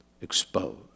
exposed